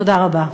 תודה רבה.